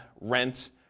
rent